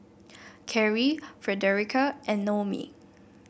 Karie Fredericka and Noemie